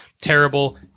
terrible